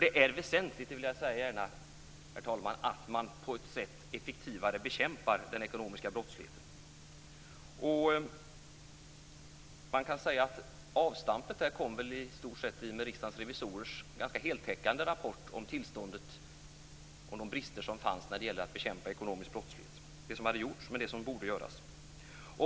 Det är väsentligt att man på ett effektivare sätt bekämpar den ekonomiska brottsligheten. Avstampet kom i stort sett i och med Riksdagens revisorers ganska heltäckande rapport om tillståndet och de brister som fanns när det gällde att bekämpa ekonomisk brottslighet, det som hade gjorts och det som borde göras.